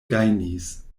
gajnis